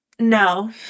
No